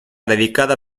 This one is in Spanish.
dedicada